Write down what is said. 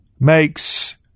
makes